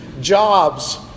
jobs